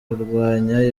kurwanya